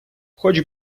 хоч